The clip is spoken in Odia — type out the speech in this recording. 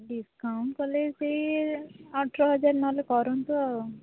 ଡିସକାଉଣ୍ଟ କଲେ ସେଇ ଅଠର ହଜାରେ ନହେଲେ କରନ୍ତୁ ଆଉ